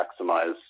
maximize